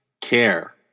care